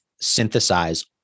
synthesize